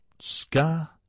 Scar